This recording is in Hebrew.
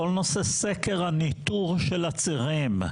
כל נושא סקר הניטור של הצירים,